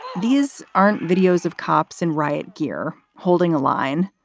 these aren't videos of cops in riot gear holding a line.